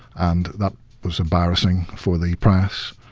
and that was embarrassing for the press.